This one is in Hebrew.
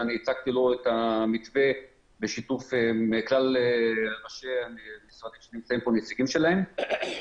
שהצגתי לו את המתווה בשיתוף כלל ראשי המשרדים שנמצאים נציגים שלהם פה,